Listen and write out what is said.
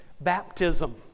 baptism